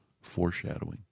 foreshadowing